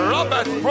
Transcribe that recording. Robert